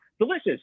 delicious